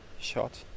shot